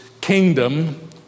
kingdom